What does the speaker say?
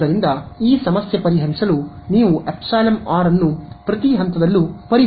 ಆದ್ದರಿಂದ ಈ ಸಮಸ್ಯೆ ಪರಿಹರಿಸಲು ನೀವು ಎಪ್ಸಿಲಾನ್ ಆರ್ ಅನ್ನು ಪ್ರತಿ ಹಂತದಲ್ಲೂ ಪರಿಹರಿಸಬೇಕು